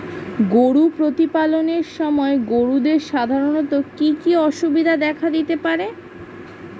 গরু প্রতিপালনের সময় গরুদের সাধারণত কি কি অসুবিধা দেখা দিতে পারে?